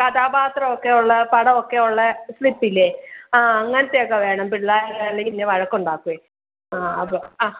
കഥാപാത്രമൊക്കെയുള്ള പടമൊക്കെയുള്ള സ്ലിപ്പ് ഇല്ലേ ആ അങ്ങനത്തെയൊക്കെ വേണം പിള്ളാരല്ലേ പിന്നെ വഴക്കുണ്ടാക്കുമോ ആ അത് ആ